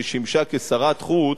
ששימשה כשרת חוץ,